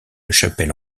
chapelle